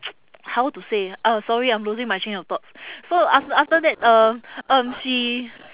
how to say uh sorry I'm losing my train of thoughts so af~ after that um um she